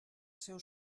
seu